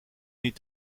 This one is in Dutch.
niet